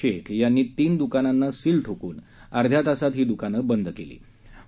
शेख यांनी तीन द्कानांना सील ठोकून अध्या तासात ही द्कानं बंद करण्यात आली